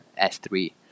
S3